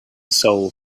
soul